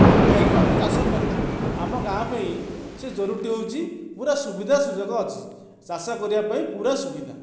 ତାକୁ ବୁହାଇକି ଆମେ ଚାଷ କରୁ ଆମ ଗାଁ ପାଇଁ ସେ ଜୋରଟି ହେଉଛି ପୂରା ସୁବିଧା ସୁଯୋଗ ଅଛି ଚାଷ କରିବା ପାଇଁ ପୂରା ସୁବିଧା